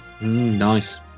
nice